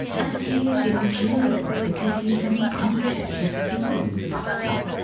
and he is incurable because he is uncon scious of being fussy.